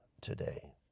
today